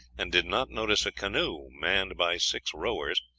and did not notice a canoe, manned by six rowers,